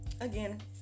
again